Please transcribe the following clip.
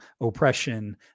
oppression